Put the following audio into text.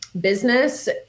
business